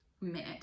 minute